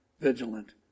vigilant